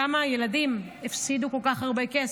כמה ילדים הפסידו כל כך הרבה כסף.